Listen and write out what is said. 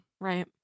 Right